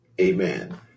Amen